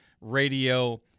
radio